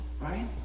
right